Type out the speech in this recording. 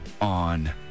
on